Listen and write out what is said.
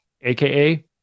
aka